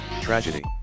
Tragedy